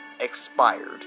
expired